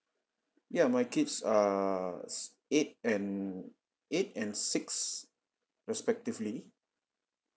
ya my kids are s~ eight and eight and six respectively